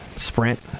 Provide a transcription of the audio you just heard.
Sprint